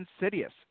insidious